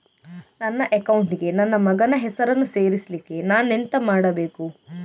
ನನ್ನ ಅಕೌಂಟ್ ಗೆ ನನ್ನ ಮಗನ ಹೆಸರನ್ನು ಸೇರಿಸ್ಲಿಕ್ಕೆ ನಾನೆಂತ ಮಾಡಬೇಕು?